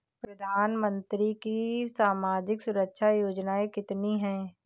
प्रधानमंत्री की सामाजिक सुरक्षा योजनाएँ कितनी हैं?